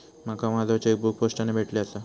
माका माझो चेकबुक पोस्टाने भेटले आसा